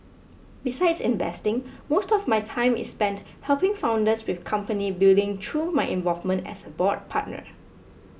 besides investing most of my time is spent helping founders with company building through my involvement as a board partner